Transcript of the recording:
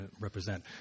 represent